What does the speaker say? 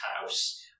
house